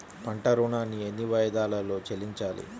పంట ఋణాన్ని ఎన్ని వాయిదాలలో చెల్లించాలి?